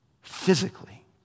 physically